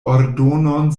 ordonon